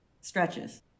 stretches